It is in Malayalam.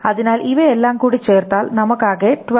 അതിനാൽ ഇവയെല്ലാം കൂടി ചേർത്താൽ നമുക്ക് ആകെ 12